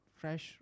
fresh